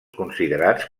considerats